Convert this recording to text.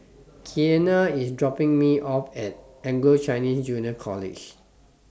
Keanna IS dropping Me off At Anglo Chinese Junior College